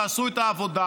תעשו את העבודה,